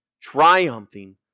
triumphing